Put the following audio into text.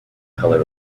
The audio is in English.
color